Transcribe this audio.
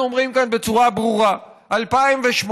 אנחנו אומרים כאן בצורה ברורה: 2018,